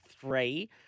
three